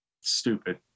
stupid